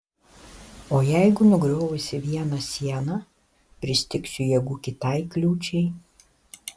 o jeigu nugriovusi vieną sieną pristigsiu jėgų kitai kliūčiai